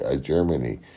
Germany